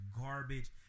garbage